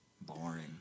boring